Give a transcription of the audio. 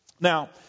Now